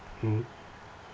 mmhmm